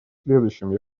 следующем